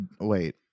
wait